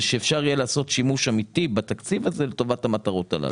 שאפשר יהיה לעשות שימוש אמיתי בתקציב הזה לטובת המטרות הללו.